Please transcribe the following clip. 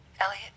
Elliot